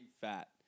Fat